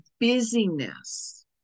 busyness